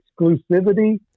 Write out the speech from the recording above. exclusivity